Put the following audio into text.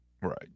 Right